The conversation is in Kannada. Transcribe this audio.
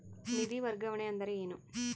ನಿಧಿ ವರ್ಗಾವಣೆ ಅಂದರೆ ಏನು?